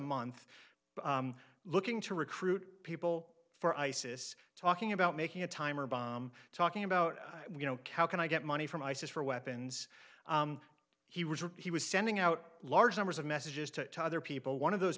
month looking to recruit people for isis talking about making a timer bomb talking about you know cow can i get money from isis for weapons he was or he was sending out large numbers of messages to other people one of those